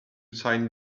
sign